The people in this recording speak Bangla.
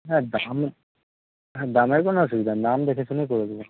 হ্যাঁ হ্যাঁ দামের কোনো অসুবিধা নেই দাম দেখে শুনেই করে দিবো